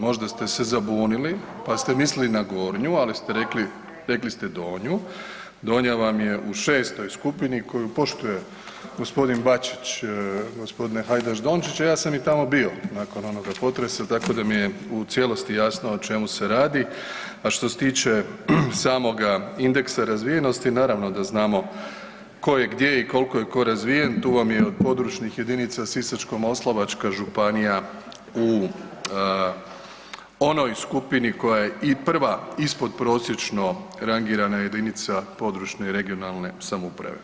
Možda ste se zabunili pa ste mislili na Gornju, ... [[Upadica se ne čuje.]] rekli ste Donju, Donja vam je u 6. skupini koju poštuje g. Bačić, g. Hajdaš Dončić, a ja sam i tamo bio nakon onoga potresa, tako da mi je u cijelosti jasno o čemu se radi, a što se tiče samoga indeksa razvijenosti, naravno da znamo tko je gdje i koliko je tko razvijen, tu vam je od područnih jedinica, Sisačko-moslavačka županija u onoj skupini koja je i prva ispodprosječno rangirana jedinica područne (regionalne) samouprave.